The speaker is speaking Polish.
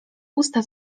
usta